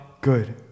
good